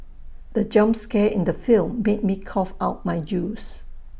the jump scare in the film made me cough out my juice